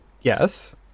yes